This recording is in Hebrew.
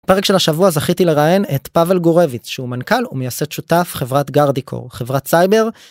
פרק של השבוע זכיתי לראיין את פאבל גורביץ שהוא מנכל ומייסד שותף חברת גרדיקור חברת סייבר.